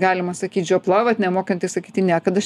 galima sakyt žiopla vat nemokanti sakyti ne kad aš